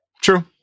true